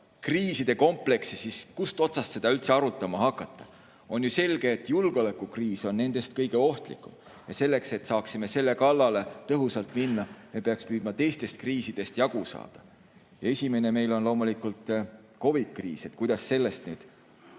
kriiside kompleksi üldse arutama hakata. On ju selge, et julgeolekukriis on nendest kõige ohtlikum ja selleks, et saaksime selle kallale tõhusalt minna, me peaks püüdma teistest kriisidest jagu saada. Esimene on loomulikult COVID‑i kriis. Kuidas sellest nüüd